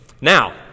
Now